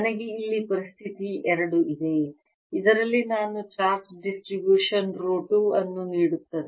ನನಗೆ ಇಲ್ಲಿ ಪರಿಸ್ಥಿತಿ 2 ಇದೆ ಇದರಲ್ಲಿ ನಾನು ಚಾರ್ಜ್ ಡಿಸ್ಟ್ರಿಬ್ಯೂಷನ್ ರೋ 2 ಅನ್ನು ನೀಡುತ್ತದೆ